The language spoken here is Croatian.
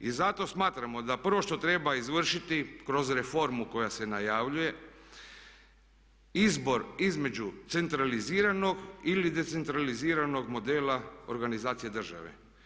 I zato smatramo da prvo što treba izvršiti kroz reformu koja se najavljuje izbor između centraliziranog ili decentraliziranog modela organizacije države.